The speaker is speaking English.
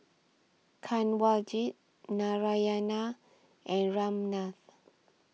Kanwaljit Narayana and Ramnath